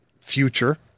future